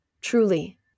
truly